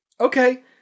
Okay